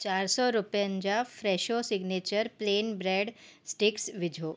चार सौ रुपयनि जा फ़्रेशो सिग्नेचर प्लेन ब्रैड स्टिक्स विझो